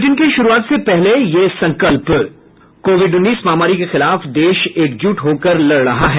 bulletin की शुरूआत से पहले ये संकल्प कोविड उन्नीस महामारी के खिलाफ देश एकजुट होकर लड़ रहा है